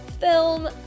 film